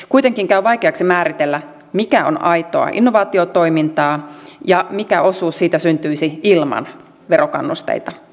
kuitenkin käy vaikeaksi määritellä mikä on aitoa innovaatiotoimintaa ja mikä osuus siitä syntyisi ilman verokannusteita